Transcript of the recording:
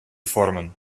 vormen